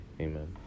amen